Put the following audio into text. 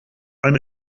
ein